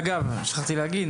אגב שכחתי להגיד,